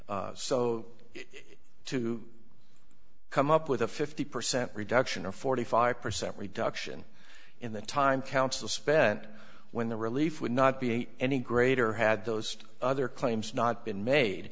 it to come up with a fifty percent reduction a forty five percent reduction in the time council spent when the relief would not be any greater had those other claims not been made